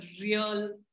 real